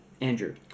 Andrew